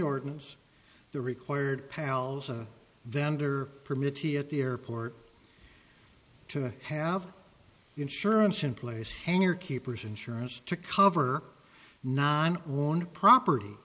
ordinance the required pal's a vendor permit he at the airport to have insurance in place hangar keepers insurance to cover nine one property